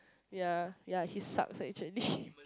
yeah yeah he sucks actually